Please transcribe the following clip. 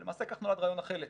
ולמעשה כך נולד רעיון החל"צ,